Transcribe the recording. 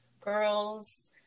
girls